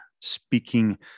speaking